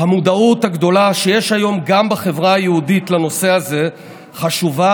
המודעות הגדולה שיש היום גם בחברה היהודית לנושא הזה חשובה,